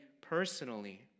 personally